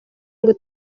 ngo